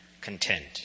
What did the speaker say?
Content